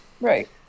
Right